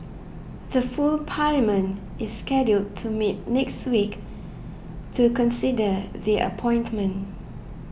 the full parliament is scheduled to meet next week to consider the appointment